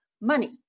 money